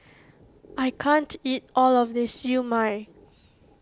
I can't eat all of this Siew Mai